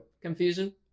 Confusion